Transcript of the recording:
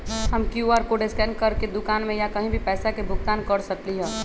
हम QR code scan करके दुकान में या कहीं भी पैसा के भुगतान कर सकली ह?